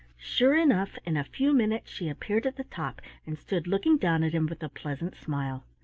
sure enough in a few minutes she appeared at the top and stood looking down at him with a pleasant smile.